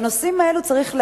בנושאים האלה צריך להבין,